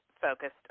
focused